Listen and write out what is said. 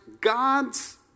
God's